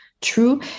true